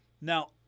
Now